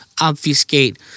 obfuscate